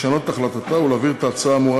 לשנות את החלטתה ולהעביר את ההצעה האמורה